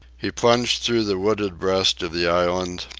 he plunged through the wooded breast of the island,